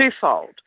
twofold